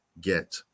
Get